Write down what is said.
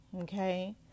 okay